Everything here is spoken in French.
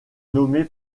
nommé